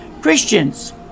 Christians